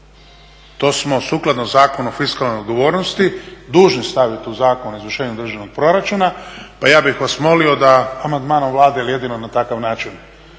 To smo sukladno Zakonu o fiskalnoj odgovornosti dužni staviti u Zakon o izvršenju državnog proračuna. Pa ja bih vas molio da amandmanom Vlade jel jedino na takav način